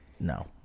No